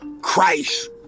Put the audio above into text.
Christ